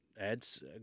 ads